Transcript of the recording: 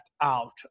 out